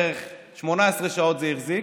בערך 18 שעות זה החזיק,